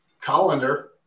colander